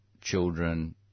children